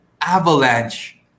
avalanche